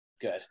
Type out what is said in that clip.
Good